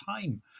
time